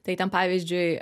tai ten pavyzdžiui